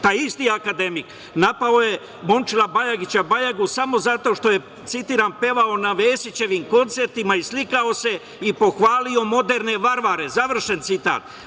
Taj isti akademik napao je Momčila Bajagića Bajagu samo zato što je, citiram – pevao na Vesićevim koncertima i slikao se i pohvalio moderne varvare, završen citat.